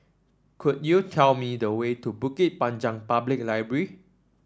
could you tell me the way to Bukit Panjang Public Library